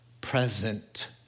present